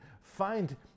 find